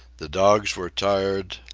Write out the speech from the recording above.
the dogs were tired,